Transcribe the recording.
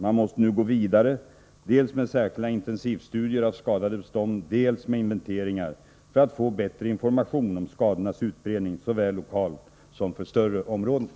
Man måste nu gå vidare dels med särskilda intensivstudier av skadade bestånd, dels med inventeringar för att få bättre information om skadornas utbredning såväl lokalt som för större områden.